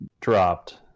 dropped